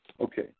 Okay